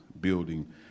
building